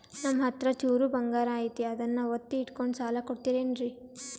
ನಮ್ಮಹತ್ರ ಚೂರು ಬಂಗಾರ ಐತಿ ಅದನ್ನ ಒತ್ತಿ ಇಟ್ಕೊಂಡು ಸಾಲ ಕೊಡ್ತಿರೇನ್ರಿ?